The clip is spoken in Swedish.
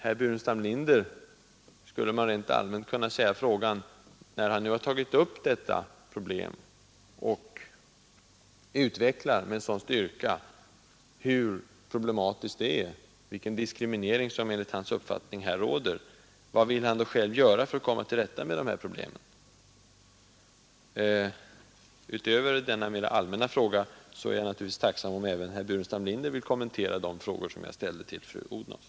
Herr Burenstam Linder har tagit upp detta ämne och med styrka utvecklat den diskriminering som här råder. Vad vill herr Burenstam Linder själv göra för att komma till rätta med dessa problem? Utöver denna mera allmänna fråga vore jag naturligtvis tacksam, om även herr Burenstam Linder ville kommentera de frågor jag ställde till fru Odhnoff.